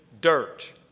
dirt